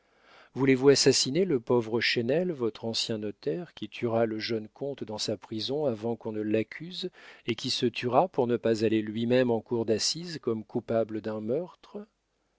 voulez-vous assassiner le pauvre chesnel votre ancien notaire qui tuera le jeune comte dans sa prison avant qu'on ne l'accuse et qui se tuera pour ne pas aller lui-même en cour d'assises comme coupable d'un meurtre